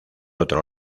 otro